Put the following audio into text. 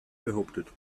behauptet